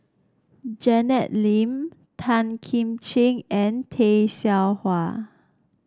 Janet Lim Tan Kim Ching and Tay Seow Huah